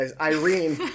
Irene